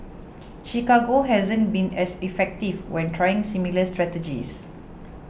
Chicago hasn't been as effective when trying similar strategies